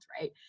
right